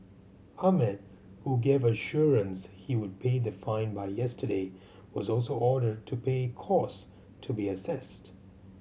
Ahmed who gave assurance he would pay the fine by yesterday was also ordered to pay cost to be assessed